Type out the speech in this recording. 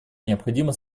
необходимо